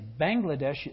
Bangladesh